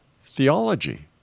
theology